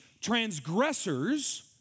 transgressors